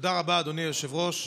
תודה רבה, אדוני היושב-ראש.